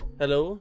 hello